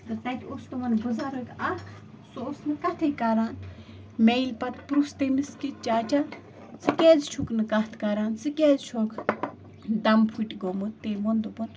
تَتہِ اوس تِمن بُزرٕگ اکھ سُہ اوس نہٕ کَتھٕے کَران مےٚ ییٚلہِ پتہٕ پرُژھ تٔمِس کہِ چاچا ژٕ کیٛازِ چھُکھ نہٕ ژٕ کیٛازِ چھُکھ دم فٔٹ گوٚمُت تٔمۍ ووٚن دوٚپُن